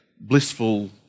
blissful